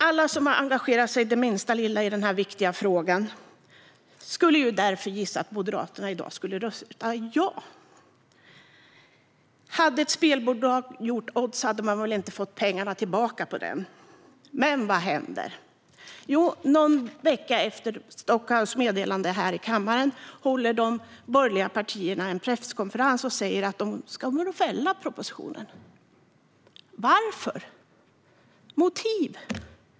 Alla som har engagerat sig det minsta i den här viktiga frågan skulle därför gissa att Moderaterna i dag skulle rösta ja till regeringens förslag. Hade ett spelbolag satt upp odds hade man väl inte fått tillbaka pengarna om man hade spelat på det. Men vad händer? Jo, någon vecka efter Maria Stockhaus besked här i kammaren håller de borgerliga partierna en presskonferens där de säger att de kommer fälla propositionen. Varför? Vad har man för motiv?